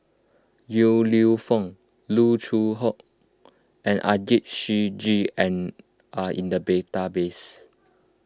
Yong Lew Foong Loo Choon Yong and Ajit Singh Gill and are in the database